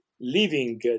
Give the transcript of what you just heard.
living